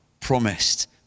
promised